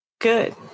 Good